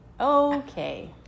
Okay